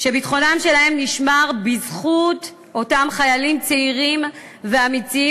שביטחונם שלהם נשמר בזכות אותם חיילים צעירים ואמיצים,